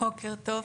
בוקר טוב,